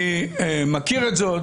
אני מכיר את זה,